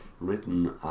written